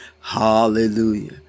Hallelujah